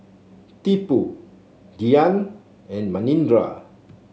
Tipu Dhyan and Manindra